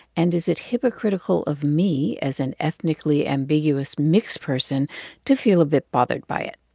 and is it hypocritical of me as an ethnically ambiguous mixed person to feel a bit bothered by it?